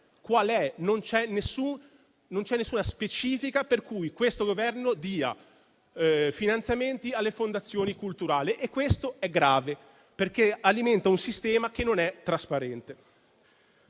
Non c'è alcuna specifica per cui questo Governo dia finanziamenti alle fondazioni culturali e questo è grave perché alimenta un sistema che non è trasparente.